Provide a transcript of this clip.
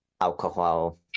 alcohol